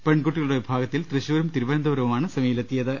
പെൺകുട്ടികളുടെ വിഭാഗത്തിൽ തൃശൂരും തിരുവനന്തപുരവുമാണ് സെമിയിലെത്തിയത്